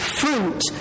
fruit